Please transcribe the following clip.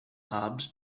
hobs